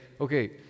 okay